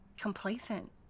complacent